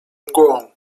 mgłą